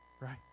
right